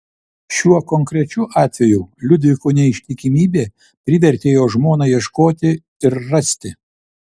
šiuo konkrečiu atveju liudviko neištikimybė privertė jo žmoną ieškoti ir rasti